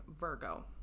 virgo